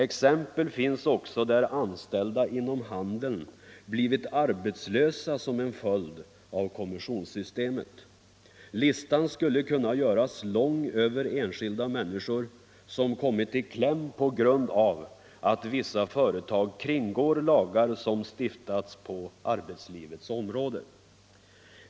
Exempel finns också där anställda inom handeln blivit arbetslösa som en följd av kommissionssystemet. Listan skulle kunna göras lång över enskilda människor som kommit i kläm på grund av att vissa företag kringgår lagar som stiftats på arbetslivets område.